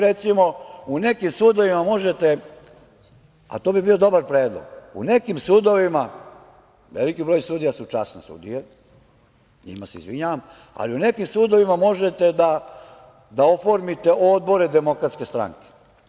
Recimo, u nekim sudovima možete, a to bi bio dobar predlog, veliki broj sudija su časne sudije i njima se izvinjavam, ali u nekim sudovima možete da oformite odbore Demokratske stranke.